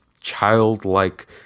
childlike